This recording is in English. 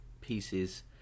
pieces